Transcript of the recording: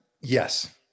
Yes